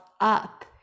up